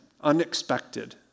unexpected